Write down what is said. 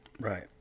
right